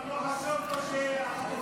וגם לא חשוב לו שהחטופים יחזרו.